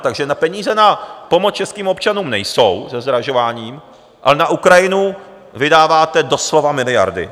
Takže peníze na pomoc českým občanům nejsou se zdražováním, ale na Ukrajinu vydáváte doslova miliardy.